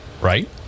Right